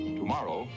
tomorrow